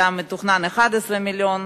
היה מתוכנן 11 מיליון,